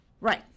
right